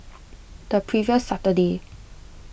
the previous Saturday